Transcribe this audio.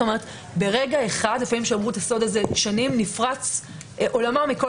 כלומר ברגע אחד לפעמים שמרו את הסוד הזה שנים נפרץ עולמם מכל